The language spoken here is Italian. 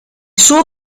suo